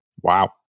Wow